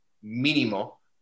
mínimo